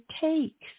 takes